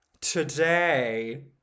Today